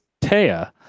Taya